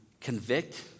convict